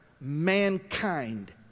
mankind